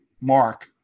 Mark